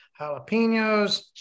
jalapenos